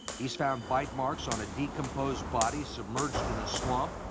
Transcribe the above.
he's found bite marks on a decomposed body submerged in a swamp,